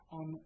on